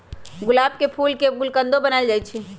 गुलाब के फूल के गुलकंदो बनाएल जाई छई